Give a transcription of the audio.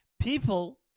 people